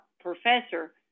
professor